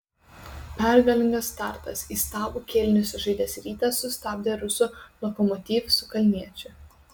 pergalingas startas įstabų kėlinį sužaidęs rytas sustabdė rusų lokomotiv su kalniečiu